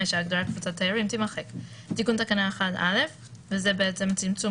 (5) ההגדרה